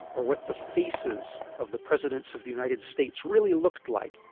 or what the faces of the presidents of the united states really looked like?